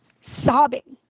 Sobbing